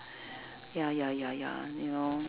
ya ya ya ya you know